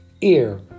ear